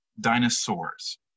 dinosaurs